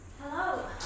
Hello